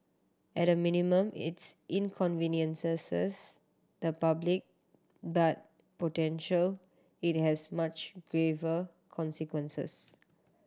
at a minimum its inconveniences the public but potential it has much graver consequences